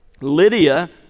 Lydia